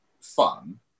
fun